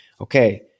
okay